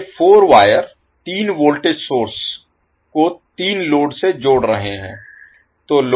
अब ये 4 वायर तीन वोल्टेज सोर्स को 3 लोड से जोड़ रहे हैं